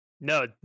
No